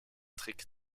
trick